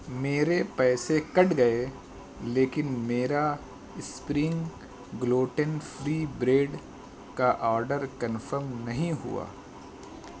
میرے پیسے کٹ گئے لیکن میرا اسپرنگ گلوٹن فری بریڈ کا آرڈر کنفم نہیں ہوا